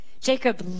Jacob